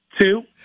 two